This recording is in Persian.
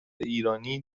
ایرانی